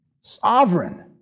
sovereign